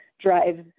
drive